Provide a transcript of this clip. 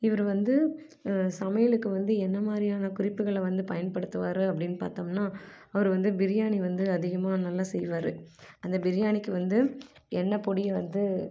இவர் வந்து சமையலுக்கு வந்து என்ன மாதிரியான குறிப்புகளை வந்து பயன்படுத்துவார் அப்படின்னு பார்த்தோம்னா அவர் வந்து பிரியாணி வந்து அதிகமாக நல்லா செய்வார் அந்த பிரியாணிக்கு வந்து என்ன பொடியை வந்து